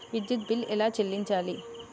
విద్యుత్ బిల్ ఎలా చెల్లించాలి?